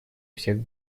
всех